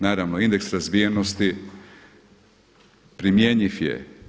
Naravno indeks razvijenosti primjenjiv je.